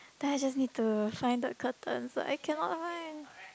then I just need to find the curtains but I cannot find